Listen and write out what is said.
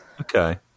okay